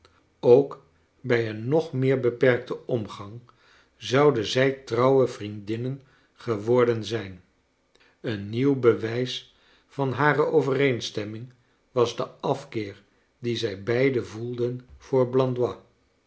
ook bij een nog meer beperkten omgang zouden zij trouwe vriendinnen geworden zijn een nieuw be wij s van hare overeenstemming was de afkeer dien zij beiden voelden voor